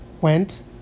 went